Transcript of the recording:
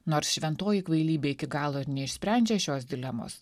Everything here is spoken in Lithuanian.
nors šventoji kvailybė iki galo ir neišsprendžia šios dilemos